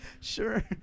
Sure